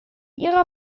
ihrer